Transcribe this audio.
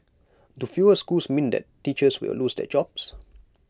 do fewer schools mean that teachers will lose their jobs